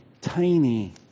tiny